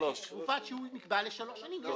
תקופת שיהוי נקבעה לשלוש שנים.